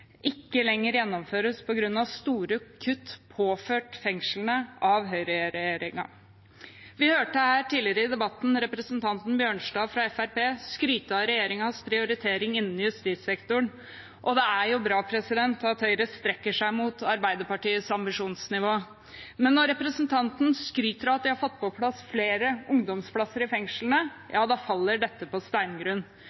ikke lenger gjennomføres, på grunn av store kutt påført fengslene av høyreregjeringen. Vi hørte her tidligere i debatten representanten Bjørnstad fra Fremskrittspartiet skryte av regjeringens prioritering innen justissektoren, og det er jo bra at Høyre strekker seg mot Arbeiderpartiets ambisjonsnivå. Men når representanten skryter av at de har fått på plass flere ungdomsplasser i fengslene